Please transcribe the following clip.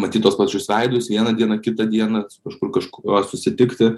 matyt tuos pačius veidus vieną dieną kitą dieną kažkur kažkuriuos susitikti